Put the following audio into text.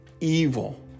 evil